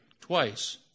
twice